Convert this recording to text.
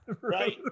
Right